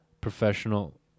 professional